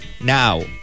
Now